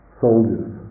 soldiers